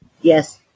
Yes